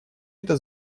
это